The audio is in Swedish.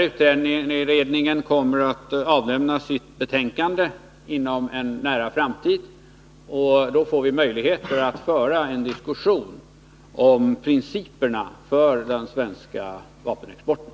Utredningen kommer att avlämna sitt betänkande inom en nära framtid, och då får vi möjlighet att föra en diskussion om principerna för den svenska vapenexporten.